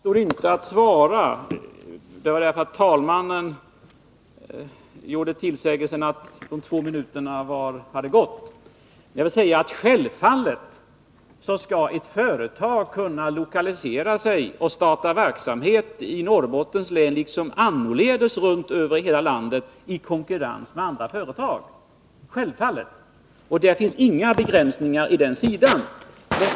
Herr talman! Jag avstår inte från att svara, men talmannen visade att den tid på två minuter som jag hade till mitt förfogande var slut. Självfallet skall ett företag kunna lokalisera sig och starta verksamhet i Norrbottens län liksom annorstädes i landet i konkurrens med andra företag. Det finns inga begränsningar på den punkten.